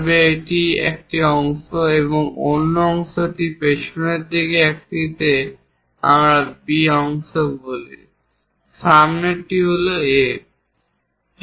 তবে এটি হল একটি অংশ এবং অন্য অংশটি পিছনের একটিকে আমরা B অংশ বলি সামনেরটি হল A